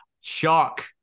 shock